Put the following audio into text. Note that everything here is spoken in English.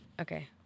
Okay